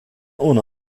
ohne